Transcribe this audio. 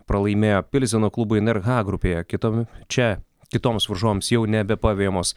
pralaimėjo pilzeno klubui na ir ha grupėje kitam čia kitoms varžovams jau nebepavejamos